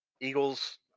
Eagles